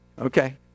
Okay